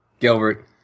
Gilbert